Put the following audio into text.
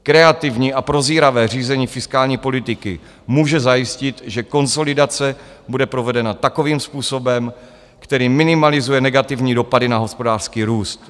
Kreativní a prozíravé řízení fiskální politiky může zajistit, že konsolidace bude provedena takovým způsobem, který minimalizuje negativní dopady na hospodářský růst.